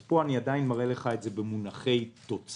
פה אני עדיין מראה לך את זה במונחי תוצר.